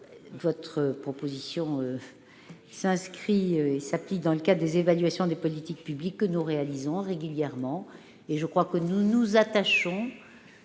Votre proposition s'inscrit dans le cadre des évaluations de politiques publiques que nous réalisons régulièrement. À ce titre, nous nous efforçons